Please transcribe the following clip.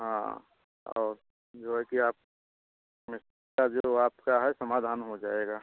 हाँ और जो है कि आप समस्या जो आपका है समाधान हो जाएगा